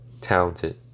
talented